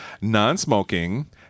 Non-smoking